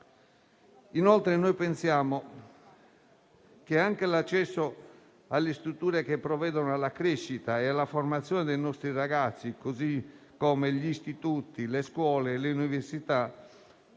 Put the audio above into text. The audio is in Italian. Inoltre, noi pensiamo che anche l'accesso alle strutture che provvedono alla crescita e alla formazione dei nostri ragazzi, come gli istituti, le scuole e le università,